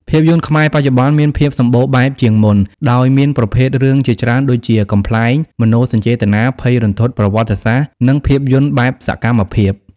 ភាពយន្តខ្មែរបច្ចុប្បន្នមានភាពសម្បូរបែបជាងមុន ដោយមានប្រភេទរឿងជាច្រើនដូចជា កំប្លែង មនោសញ្ចេតនា ភ័យរន្ធត់ ប្រវត្តិសាស្ត្រ និងភាពយន្តបែបសកម្មភាព។